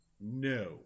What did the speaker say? No